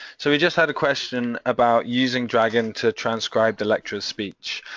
so we just had a question about using dragon to transcribe the lecture speech,